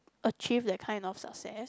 achieve that kind of success